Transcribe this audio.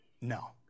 No